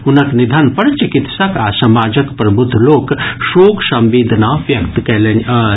हुनक निधन पर चिकित्सक आ समाजक प्रबुद्ध लोक शोक संवेदना व्यक्त कयलनि अछि